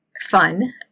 fun